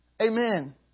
Amen